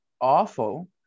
awful